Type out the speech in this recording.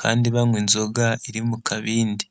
kandi banywa inzoga iri mu kabindi.